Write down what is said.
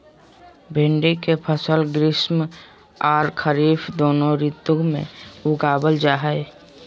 भिंडी के फसल ग्रीष्म आर खरीफ दोनों ऋतु में उगावल जा हई